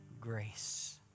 grace